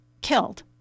killed